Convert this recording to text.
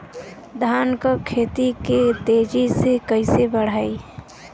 धान क खेती के तेजी से कइसे बढ़ाई?